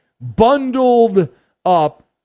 bundled-up